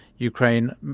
ukraine